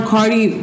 Cardi